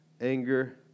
anger